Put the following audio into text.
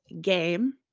game